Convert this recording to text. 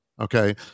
okay